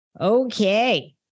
Okay